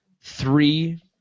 three